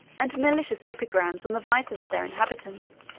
and malicious epigrams on the vices of their inhabitants.